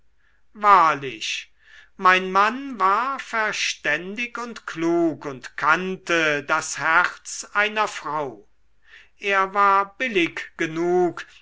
wahrlich mein mann war verständig und klug und kannte das herz einer frau er war billig genug